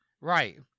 Right